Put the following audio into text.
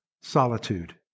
solitude